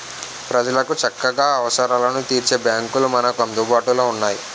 ప్రజలకు చక్కగా అవసరాలను తీర్చే బాంకులు మనకు అందుబాటులో ఉన్నాయి